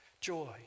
joy